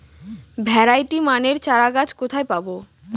Variety মানের চারাগাছ কোথায় পাবো?